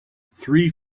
three